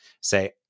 say